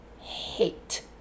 hate